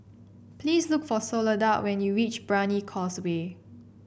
please look for Soledad when you reach Brani Causeway